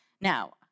Now